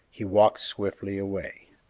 he walked swiftly away.